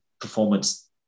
performance